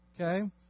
okay